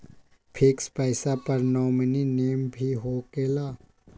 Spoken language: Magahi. फिक्स पईसा पर नॉमिनी नेम भी होकेला?